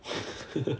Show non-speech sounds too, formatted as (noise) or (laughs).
(laughs)